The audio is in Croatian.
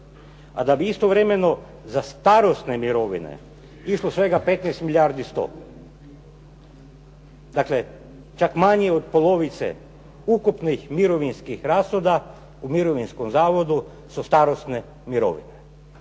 A da bi istovremeno za starosne mirovine išlo svega 15 milijardi i 100. Dakle, čak manje od polovice ukupnih mirovinskih rashoda u mirovinskom zavodu su starosne mirovine.